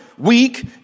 Weak